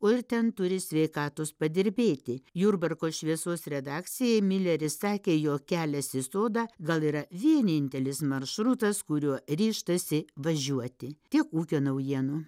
o ir ten turi sveiktos padirbėti jurbarko šviesos redakcijai mileris sakė jog kelias į sodą gal yra vienintelis maršrutas kuriuo ryžtasi važiuoti tiek ūkio naujienų